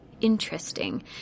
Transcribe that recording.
Interesting